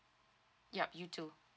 yup you too